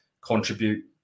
contribute